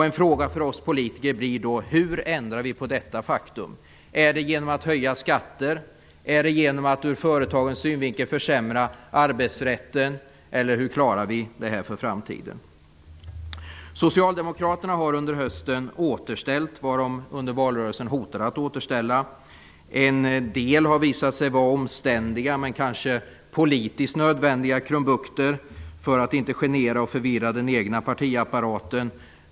En fråga för oss politiker blir då: Hur ändrar vi på detta faktum? Är det genom att höja skatter? Är det genom att ur företagens synvinkel försämra arbetsrätten, eller hur klarar vi detta för framtiden? Socialdemokraterna har under hösten återställt vad de under valrörelsen hotade att återställa. En del har visat sig vara omständiga men kanske politiskt nödvändiga krumbukter för att inte genera och förvirra den egna partiapparaten.